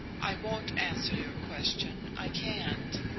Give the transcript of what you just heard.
i won't answer your question. i can't.